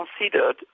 considered